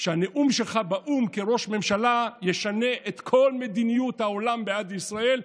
שהנאום שלך באו"ם כראש ממשלה ישנה את כל מדיניות העולם בעד ישראל.